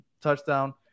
touchdown